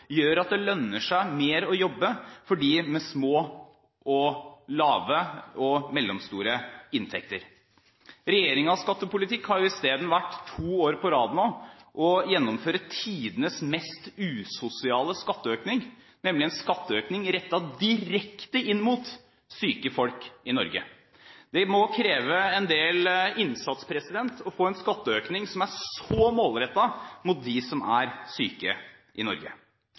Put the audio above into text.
at det lønner seg mer å jobbe for dem med små, lave og mellomstore inntekter. Regjeringens skattepolitikk har jo isteden vært – to år på rad nå – å gjennomføre tidenes mest usosiale skatteøkning, nemlig en skatteøkning rettet direkte inn mot syke folk i Norge. Det må kreve en del innsats å få en skatteøkning som er så målrettet inn mot dem som er syke i Norge.